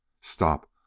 Stop